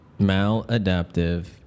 Maladaptive